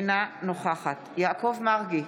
אינה נוכחת יעקב מרגי,